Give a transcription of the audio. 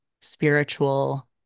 spiritual